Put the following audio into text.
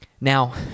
Now